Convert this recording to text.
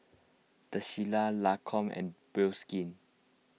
the Shilla Lancome and Bioskin